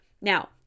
Now